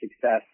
success